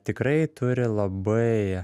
tikrai turi labai